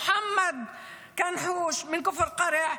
מוחמד קנהוש מכפר קרע,